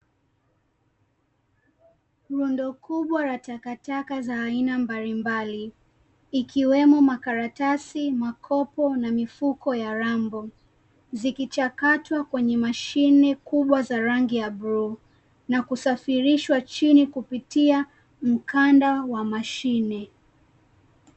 Rundo kubwa la takataka za aina mbalimbali ikiwemo makaratasi, makopo, na mifuko ya rambo, zikichakatwa kwenye mashine kubwa za rangi ya bluu na kusafirishwa chini kupitia mkanda wa mashine.